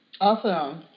Awesome